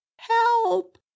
help